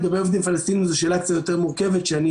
לגבי העובדים הפלסטינים זו שאלה קצת יותר מורכבת שאני,